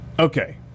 Okay